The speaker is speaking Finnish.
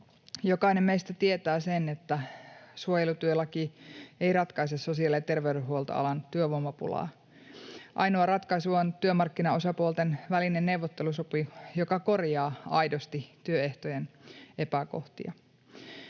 Jokainen meistä tietää, että suojelutyölaki ei ratkaise sosiaali- ja terveydenhuoltoalan työvoimapulaa. Ainoa ratkaisu on työmarkkinaosapuolten välinen neuvottelusopimus, joka korjaa aidosti työehtojen epäkohtia.